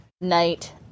night